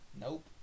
nope